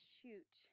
Shoot